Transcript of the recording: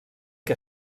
que